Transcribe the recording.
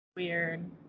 weird